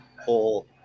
whole